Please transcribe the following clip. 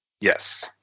Yes